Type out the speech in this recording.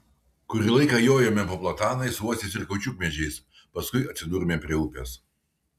kurį laiką jojome po platanais uosiais ir kaučiukmedžiais paskui atsidūrėme prie upės